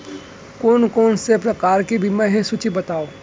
कोन कोन से प्रकार के बीमा हे सूची बतावव?